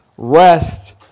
Rest